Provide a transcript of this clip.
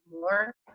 more